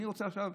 אני רוצה עכשיו,